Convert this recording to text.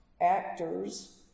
actors